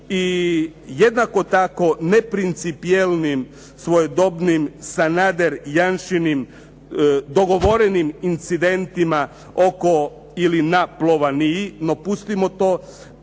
i jednako tako neprincipijelnim svojedobnim Sanader-Janšinim dogovorenim incidentima oko ili na Plovaniji. No pustimo to,